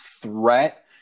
threat